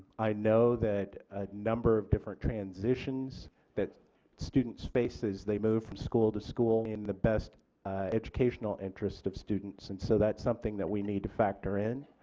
i know that a number of different transitions that students face as they move from school to school in the best educational interest of students is and so that's something that we need to factor in.